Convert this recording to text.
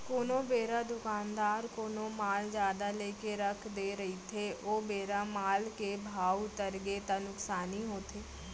कोनो बेरा दुकानदार कोनो माल जादा लेके रख दे रहिथे ओ बेरा माल के भाव उतरगे ता नुकसानी होथे